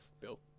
Bill